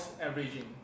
averaging